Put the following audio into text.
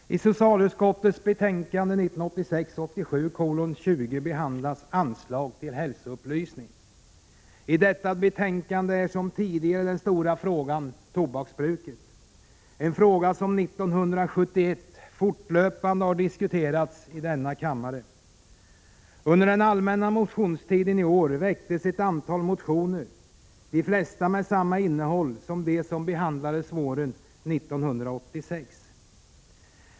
Herr talman! I socialutskottets betänkande 1986/87:20 behandlas anslag till hälsoupplysning. I detta betänkande liksom i tidigare betänkanden är tobaksbruket den stora frågan, en fråga som sedan 1971 fortlöpande har diskuterats i denna kammare. Under allmänna motionstiden i år väcktes ett antal motioner, de flesta med samma innehåll som de som behandlades under våren 1986.